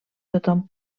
tothom